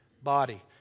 body